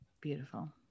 beautiful